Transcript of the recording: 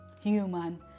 human